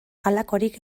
halakorik